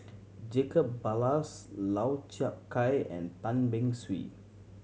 Jacob Ballas Lau Chiap Khai and Tan Beng Swee